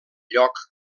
lloc